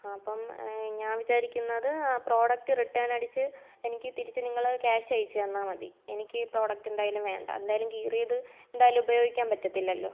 ആ അപ്പം ഞാൻ വിചാരിക്കുന്നത് ആ പ്രോഡക്റ്റ് റിട്ടേണടിച്ച് എനിക്ക് തിരിച്ച് നിങ്ങൾ ക്യാഷ് അയച്ച് തന്നാൽ മതി എനിക്ക് പ്രോഡക്റ്റ് എന്തായാലും വേണ്ട എന്തായാലും കീറിയത് എന്തായാലും ഉപയോഗിക്കാൻ പറ്റത്തില്ലല്ലോ